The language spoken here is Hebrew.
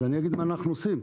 אז אני אגיד מה אנחנו עושים.